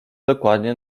dokładnie